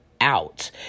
out